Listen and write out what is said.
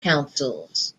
councils